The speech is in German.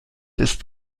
ist